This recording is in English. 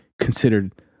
considered